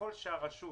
ככל שהרשות